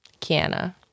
Kiana